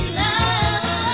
love